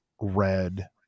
red